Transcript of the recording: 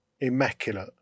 immaculate